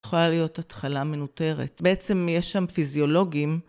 יכולה להיות התחלה מנוטרת. בעצם יש שם פיזיולוגים.